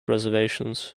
reservations